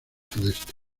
sudeste